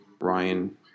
Ryan